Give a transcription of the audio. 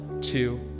two